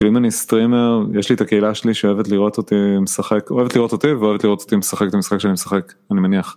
ואם אני סטרימר יש לי את הקהילה שלי שאוהבת לראות אותי משחק, אוהבת לראות אותי ואוהבת לראות אותי משחק את המשחק שאני משחק אני מניח